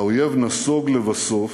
האויב נסוג לבסוף,